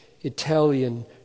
Italian